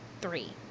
three